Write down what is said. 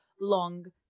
long